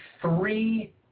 three